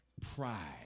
Pride